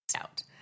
out